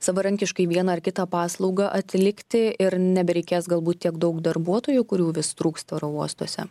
savarankiškai vieną ar kitą paslaugą atlikti ir nebereikės galbūt tiek daug darbuotojų kurių vis trūksta oro uostuose